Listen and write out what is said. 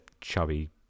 chubby